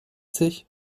sich